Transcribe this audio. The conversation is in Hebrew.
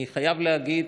אני חייב להגיד